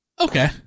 Okay